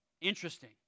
Interesting